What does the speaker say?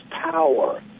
power